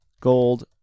gold